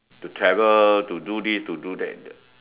to travel to do this to do that